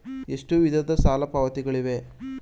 ಎಷ್ಟು ವಿಧದ ಸಾಲ ಪಾವತಿಗಳಿವೆ?